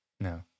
No